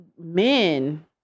men